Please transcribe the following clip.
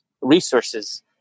resources